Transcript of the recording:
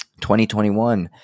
2021